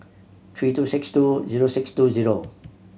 three two six two zero six two zero